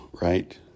right